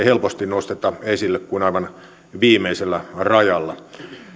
helposti nosteta esille muulloin kuin aivan viimeisellä rajalla